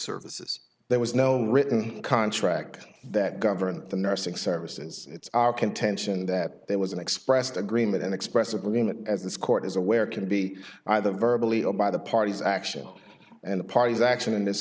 services there was no written contract that governs the nursing services it's our contention that there was an expressed agreement and express agreement as this court is aware can be either verbally or by the parties actions and the parties action in this